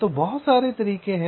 तो बहुत सारे तरीके सही हैं